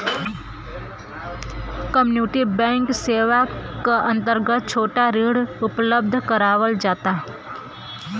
community bank सेवा क अंतर्गत छोटा ऋण उपलब्ध करावल जाला